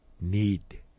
need